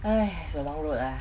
!hais! it's a long road ah